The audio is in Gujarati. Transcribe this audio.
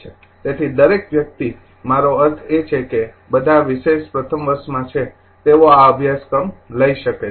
તેથી દરેક વ્યક્તિ મારો અર્થ એ છે કે બધા વિશેષ પ્રથમ વર્ષમાં છે તેઓ આ અભ્યાસક્રમ લઈ શકે છે